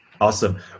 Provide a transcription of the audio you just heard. Awesome